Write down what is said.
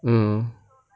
mm